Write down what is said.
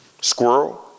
Squirrel